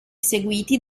seguiti